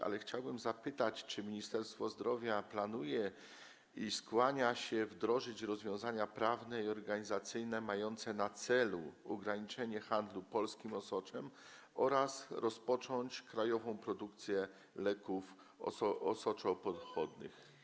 Ale chciałbym zapytać, czy Ministerstwo Zdrowia planuje, skłania się do tego, żeby wdrożyć rozwiązania prawne i organizacyjne mające na celu ograniczenie handlu polskim osoczem oraz rozpocząć krajową produkcję leków osoczopochodnych.